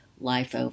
life